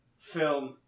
film